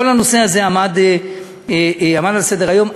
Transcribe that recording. כל הנושא הזה עמד על סדר-היום.